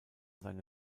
seine